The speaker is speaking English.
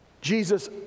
Jesus